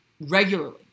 regularly